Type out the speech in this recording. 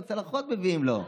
בצלחות מביאים לו.